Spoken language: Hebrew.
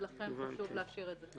ולכן חשוב להשאיר את זה כך.